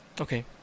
Okay